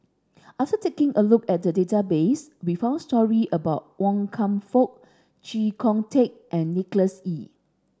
after taking a look at the database we found story about Wan Kam Fook Chee Kong Tet and Nicholas Ee